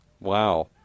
Wow